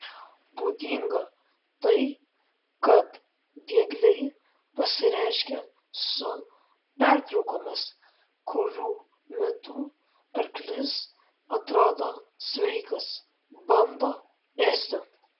būdinga tai kad diegliai pasireiškia su pertraukomis kurių metu arklys atrodo sveikas bando ėsti